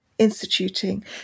Instituting